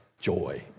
joy